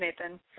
Nathan